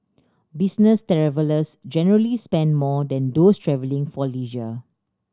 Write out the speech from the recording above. business travellers generally spend more than those travelling for leisure